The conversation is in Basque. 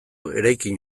eraikin